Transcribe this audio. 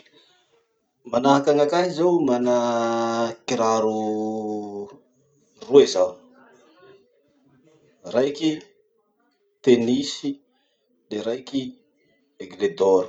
Manahaky anakahy zao mana kiraro roe zaho. Raiky tennis, le raiky aigle d'or.